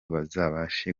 bazabashe